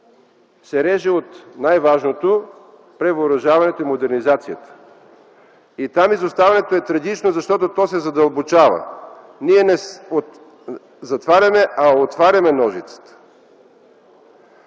се реже от най-важното – превъоръжаването и мобилизацията. Там изоставането е трагично, защото то се задълбочава. Ние не затваряме, а отваряме ножицата.